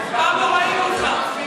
אף פעם לא ראינו אותך.